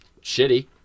shitty